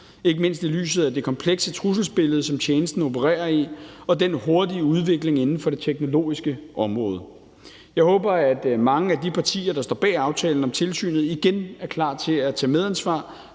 ikke mindst i lyset af det komplekse trusselsbillede, som tjenesten opererer i, og den hurtige udvikling inden for det teknologiske område. Jeg håber, at mange af de partier, der står bag aftalen om tilsynet, igen er klar til at tage medansvar